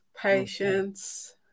patience